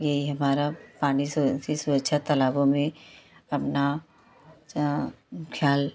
यही हमारा पानी से सुरक्षा तालाबों में अपना ख्याल